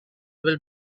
will